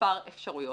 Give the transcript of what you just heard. מספר אפשרויות,